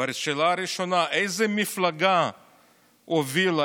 והשאלה הראשונה: איזה מפלגה הובילה,